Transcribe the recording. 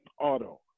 Auto